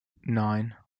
nine